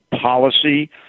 policy